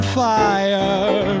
fire